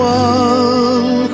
one